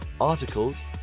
articles